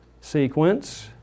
sequence